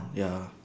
ya